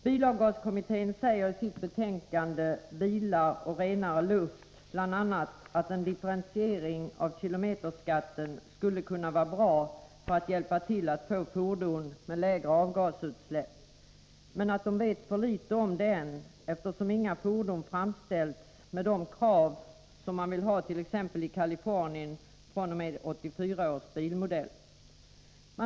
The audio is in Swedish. Bilavgaskommittén säger i sitt betänkande Bilar och renare luft bl.a. att en differentiering av kilometerskatten skulle kunna vara en bra hjälp för att få fram fordon med lägre avgasutsläpp, men att de vet för litet om det än, eftersom inga fordon har framställts efter de krav som man vill ha i t.ex. Californien fr.o.m. 1984 års bilmodeller.